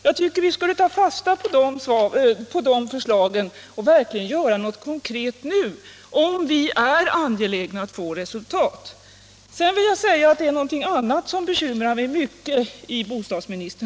Jag tycker att vi skulle ta fasta på de förslagen och verkligen göra någonting konkret nu, om vi är angelägna att nå resultat. Sedan vill jag säga att det finns en annan sak i bostadsministerns svar som bekymrar mig mycket.